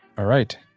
all right.